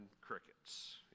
crickets